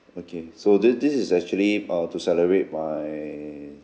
okay so this this is actually uh to celebrate my